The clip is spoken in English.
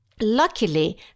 Luckily